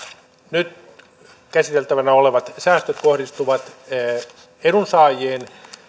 nyt käsiteltävänä olevat säästöt kohdistuvat edunsaajiin